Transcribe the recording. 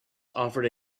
offered